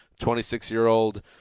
26-year-old